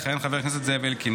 יכהן חבר הכנסת זאב אלקין,